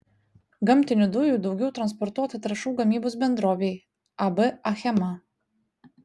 gamtinių dujų daugiau transportuota trąšų gamybos bendrovei ab achema